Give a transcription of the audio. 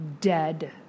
dead